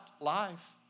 life